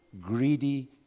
greedy